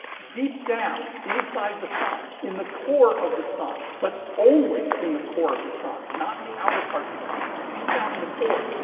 deep down, inside the sun, in the core of the sun, but only in the core of the sun, not in the outer parts of the sun, just deep down in the core,